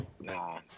Nah